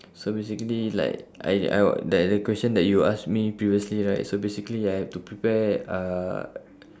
so basically like I I what that the question that you ask me previously right so basically I have to prepare uh